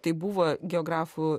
tai buvo geografų